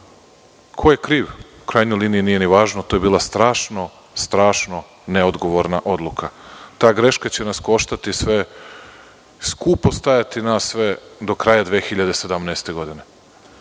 Ko je kriv? U krajnjoj liniji, nije ni važno, to je bila strašno neodgovorna odluka. Ta greška će nas skupo stajati sve do kraja 2017. godine.